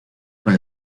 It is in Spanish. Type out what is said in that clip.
con